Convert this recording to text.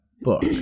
book